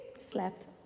Slept